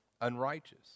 unrighteous